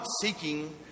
seeking